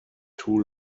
too